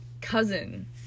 cousin